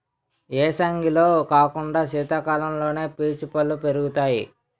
ఏసంగిలో కాకుండా సీతకాలంలోనే పీచు పల్లు పెరుగుతాయి